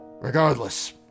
Regardless